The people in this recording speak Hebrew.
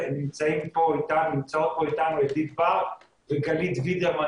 נמצאות פה איתנו אדית בר וגלית וידרמן,